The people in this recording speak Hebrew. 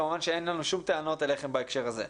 כמובן שאין לנו כל טענות אליכם בהקשר הזה.